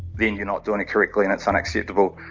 then you're not doing it correctly and it's unacceptable.